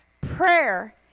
Prayer